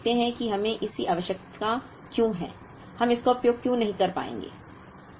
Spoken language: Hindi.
अब हम यह देखते हैं कि हमें इसकी आवश्यकता क्यों है और हम इसका उपयोग क्यों नहीं कर पाएंगे